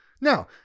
Now